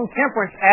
temperance